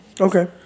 Okay